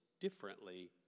differently